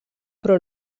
però